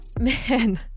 Man